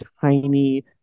tiny